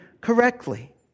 correctly